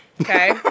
Okay